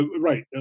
Right